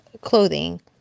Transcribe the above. clothing